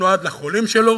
נועד לחולים שלו,